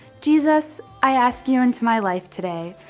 jesus, i ask you into my life today.